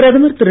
பிரதமர் திரு